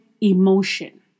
emotion